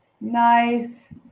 Nice